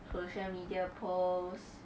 social media posts